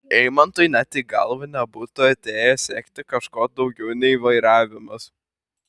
eimantui net į galvą nebūtų atėję siekti kažko daugiau nei vairavimas